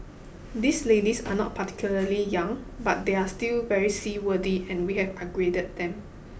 these ladies are not particularly young but they are still very seaworthy and we have upgraded them